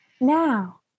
now